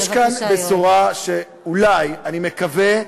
יש כאן בשורה שאולי, אני מקווה,